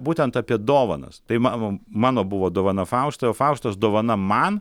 būtent apie dovanas tai man mano buvo dovana faustai o faustos dovana man